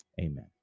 Amen